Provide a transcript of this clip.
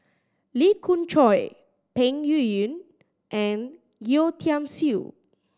Lee Khoon Choy Peng Yuyun and Yeo Tiam Siew